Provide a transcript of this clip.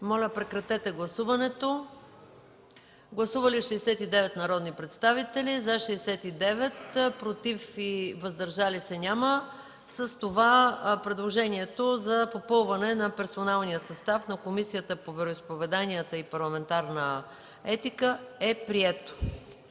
Моля, гласувайте. Гласували 69 народни представители: за 69, против и въздържали се няма. С това предложението за попълване на персоналния състав на Комисията по вероизповеданията и парламентарната етика е прието.